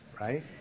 right